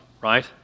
right